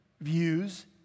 views